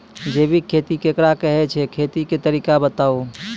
जैबिक खेती केकरा कहैत छै, खेतीक तरीका बताऊ?